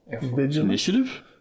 Initiative